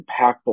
impactful